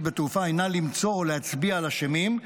בתעופה אינה למצוא או להצביע על אשמים,